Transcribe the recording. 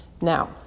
Now